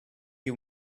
you